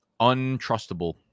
Untrustable